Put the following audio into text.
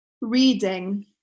Reading